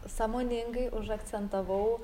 sąmoningai užakcentavau